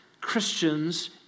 Christians